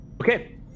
Okay